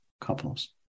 couples